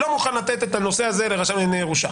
אני לא מוכן לתת את הנושא הזה לרשם לענייני ירושה",